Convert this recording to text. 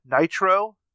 Nitro